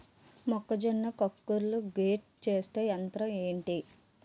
మొక్కజొన్న కంకులు గ్రైండ్ చేసే యంత్రం ఏంటి?